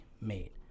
made